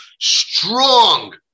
strong